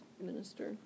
minister